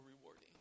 rewarding